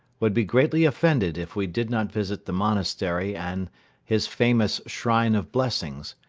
would be greatly offended if we did not visit the monastery and his famous shrine of blessings,